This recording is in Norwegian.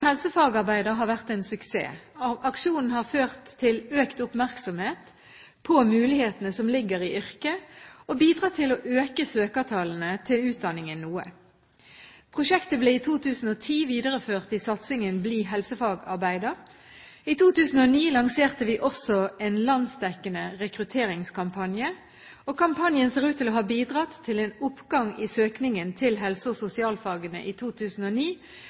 helsefagarbeider har vært en suksess. Aksjonen har ført til økt oppmerksomhet på mulighetene som ligger i yrket, og bidratt til å øke søkertallene til utdanningen noe. Prosjektet ble i 2010 videreført i satsingen Bli helsefagarbeider. I 2009 lanserte vi også en landsdekkende rekrutteringskampanje. Kampanjen ser ut til å ha bidratt til en oppgang i søkningen til helse- og sosialfagene i 2009